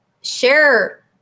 share